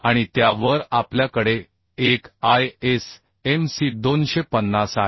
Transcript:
आणि त्या वर आपल्या कडे एक ISMC 250 आहे